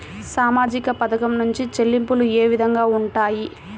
సామాజిక పథకం నుండి చెల్లింపులు ఏ విధంగా ఉంటాయి?